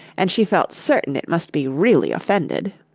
and she felt certain it must be really offended.